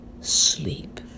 sleep